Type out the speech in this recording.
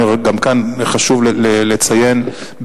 גם כאן חשוב לציין,